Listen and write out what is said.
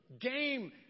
game